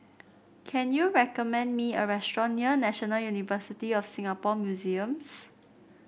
can you recommend me a restaurant near National University of Singapore Museums